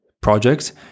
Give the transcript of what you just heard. projects